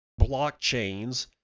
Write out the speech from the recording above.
blockchains